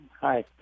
Hi